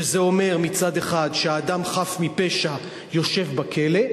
שזה אומר מצד אחד שאדם חף מפשע יושב בכלא,